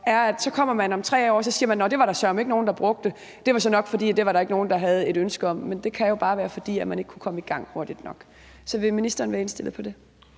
er, at så kommer man om 3 år og siger: Nå, det var der søreme ikke nogen der brugte – det var nok, fordi der ikke var nogen, der havde et ønske om det. Men det kan jo bare være, fordi man ikke kunne komme i gang hurtigt nok. Så vil ministeren være indstillet på det?